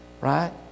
right